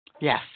Yes